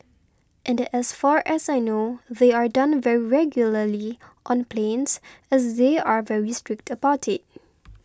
and as far as I know they are done very regularly on planes as they are very strict about it